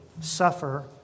suffer